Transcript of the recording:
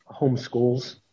homeschools